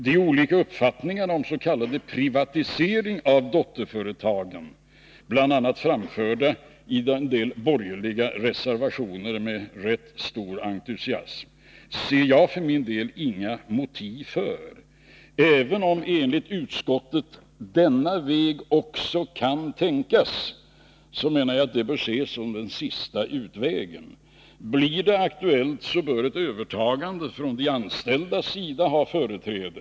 De olika uppfattningarna om s.k. privatisering av dotterföretagen, bl.a. framförda i en del borgerliga motioner med rätt stor entusiasm, ser jag för min del inga motiv för. Även om enligt utskottet denna väg också kan tänkas, menar jag att det bör ske som den sista utvägen. Blir det aktuellt, bör ett övertagande från de anställdas sida ha företräde.